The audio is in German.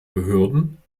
behörden